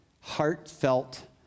heartfelt